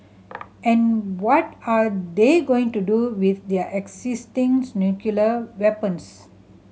and what are they going to do with their existing nuclear weapons